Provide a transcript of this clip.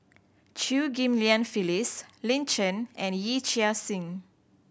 Chew Ghim Lian Phyllis Lin Chen and Yee Chia Hsing